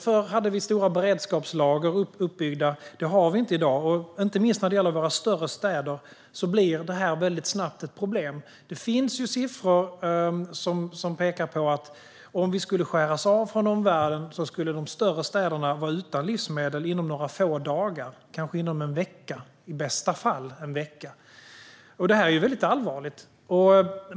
Förr hade vi stora beredskapslager uppbyggda. Det har vi inte i dag, och inte minst när det gäller våra större städer blir det här väldigt snabbt ett problem. Det finns siffror som pekar på att om vi skulle skäras av från omvärlden skulle de större städerna vara utan livsmedel inom några få dagar eller kanske inom en vecka - i bästa fall. Det är väldigt allvarligt.